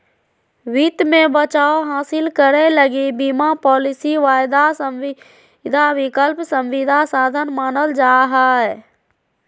वित्त मे बचाव हासिल करे लगी बीमा पालिसी, वायदा संविदा, विकल्प संविदा साधन मानल जा हय